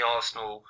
Arsenal